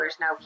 Now